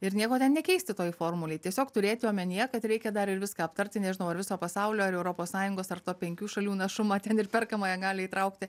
ir nieko nekeisti toj formulėj tiesiog turėti omenyje kad reikia dar ir viską aptarti nežinau ar viso pasaulio ar europos sąjungos ar to penkių šalių našumą ten ir perkamąją galią įtraukti